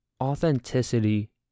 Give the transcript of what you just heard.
Authenticity